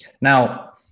now